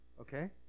Okay